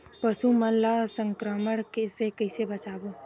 पशु मन ला संक्रमण से कइसे बचाबो?